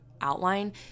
outline